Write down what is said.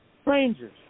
Strangers